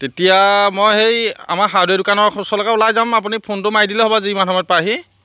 তেতিয়া মই সেই আমাৰ হাৰ্ডৱেৰ দোকানৰ ওচৰলৈকে ওলাই যাম আপুনি ফোনটো মাৰি দিলে হ'ব যিমান সময়ত পায়হি